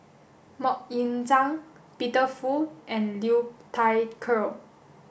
Mok Ying Jang Peter Fu and Liu Thai Ker